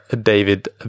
david